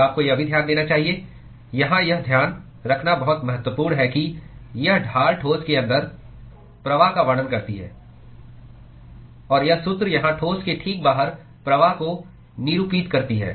और आपको यह भी ध्यान देना चाहिए यहां यह ध्यान रखना बहुत महत्वपूर्ण है कि यह ढाल ठोस के अंदर प्रवाह का वर्णन करती है और यह सूत्र यहाँ ठोस के ठीक बाहर प्रवाह को निरूपित करता है